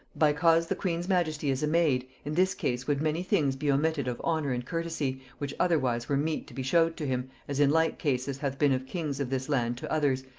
bycause the queen's majesty is a maid, in this case would many things be omitted of honor and courtesy, which otherwise were mete to be showed to him, as in like cases hath been of kings of this land to others,